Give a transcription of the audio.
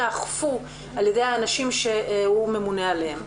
ייאכפו על ידי אנשים שהוא ממונה עליהם.